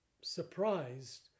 surprised